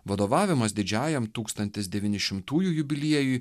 vadovavimas didžiajam tūkstantis devynišimtųjų jubiliejui